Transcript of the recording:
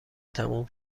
تموم